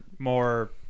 more